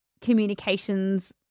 communications